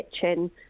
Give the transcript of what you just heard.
kitchen